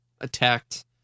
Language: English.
attacked